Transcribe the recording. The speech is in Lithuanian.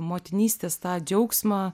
motinystės tą džiaugsmą